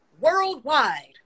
worldwide